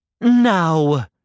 Now